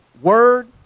word